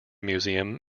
museum